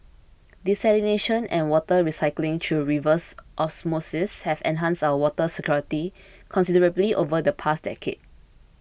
desalination and water recycling through reverse osmosis have enhanced our water security considerably over the past decade